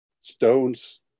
stones